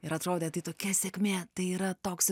ir atrodė tai tokia sėkmė tai yra toks